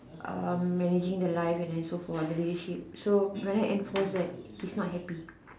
um managing the life and then so for the leadership so right now enforce that he's not happy